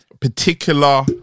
particular